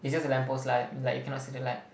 it's just a lamp post lah like you cannot see the light